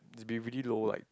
it's be really low like